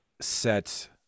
set